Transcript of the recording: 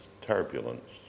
turbulence